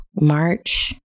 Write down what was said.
march